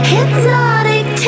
Hypnotic